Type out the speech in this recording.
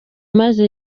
maze